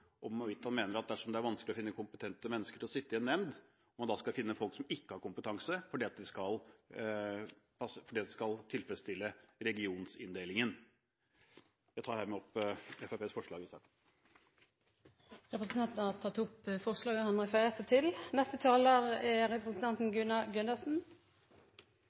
mener det er vanskelig å finne kompetente mennesker til å sitte i en nemnd, skal man da rekruttere mennesker som ikke har kompetanse for å tilfredsstille regioninndelingen? Jeg tar med dette opp Fremskrittspartiets forslag i saken. Representanten Christian Tybring-Gjedde har tatt opp det forslaget han refererte til.